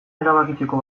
erabakitzeko